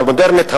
המודרנית,